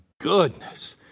goodness